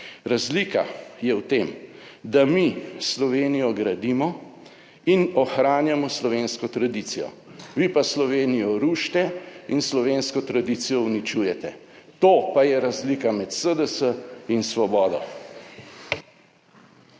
Razlika je v tem, da mi Slovenijo gradimo in ohranjamo slovensko tradicijo, vi pa Slovenijo rušite in slovensko tradicijo uničujete. To pa je razlika med SDS in Svobodo.